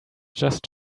just